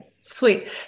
Sweet